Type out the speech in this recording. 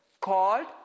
called